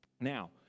Now